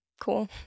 cool